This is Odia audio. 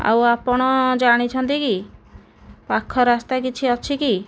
ଆଉ ଆପଣ ଜାଣିଛନ୍ତି କି ପାଖ ରାସ୍ତା କିଛି ଅଛି କି